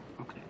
Okay